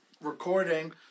recording